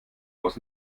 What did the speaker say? haus